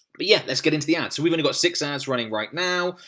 but yeah, let's get into the ads. so, we've only got six ads running right now.